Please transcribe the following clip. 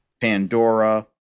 Pandora